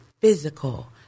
physical